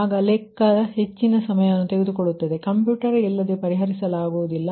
ಆಗ ಲೆಕ್ಕ ಹೆಚ್ಚಿನ ಸಮಯವನ್ನು ತೆಗೆದುಕೊಳ್ಳುತ್ತದೆ ಕಂಪ್ಯುಟರ್ ಇಲ್ಲದೆ ಪರಿಹರಿಸಲಾಗುವುದಿಲ್ಲ